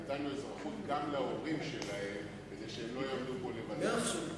נתנו אזרחות גם להורים שלהם כדי שהם לא יעמדו פה לבדם.